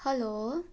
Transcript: hello